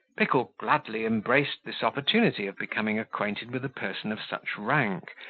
pickle gladly embraced this opportunity of becoming acquainted with a person of such rank,